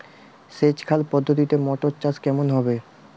সেচ খাল পদ্ধতিতে মটর চাষ কেমন হবে?